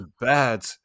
bad